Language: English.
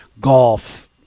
golf